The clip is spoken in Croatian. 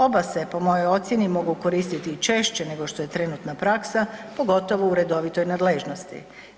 Oba se, po mojoj ocjeni mogu koristiti i češće nego što je trenutna praksa, pogotovo u redovitoj nadležnosti.